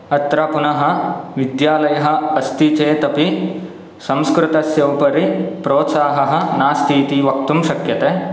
अत्र पुनः विद्यालयः अस्ति चेत् अपि संस्कृतस्य उपरि प्रोत्साहः नास्तीति वक्तुं शक्यते